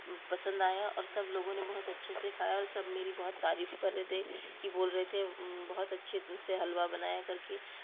पसंद आया और सब लोगों ने बहुत अच्छे से खाया और सब मेरी बहुत तारीफ कर रहे थे कि बोल रहे थे बहुत अच्छे से हलवा बनाया करके